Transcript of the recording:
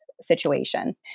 situation